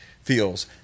feels